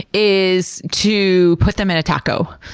is to put them in a taco,